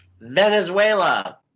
Venezuela